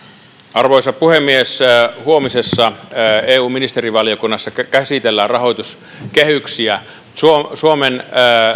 arvoisa puhemies huomisessa eu ministerivaliokunnassa käsitellään rahoituskehyksiä suomen suomen